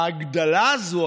את ההגדלה הזו,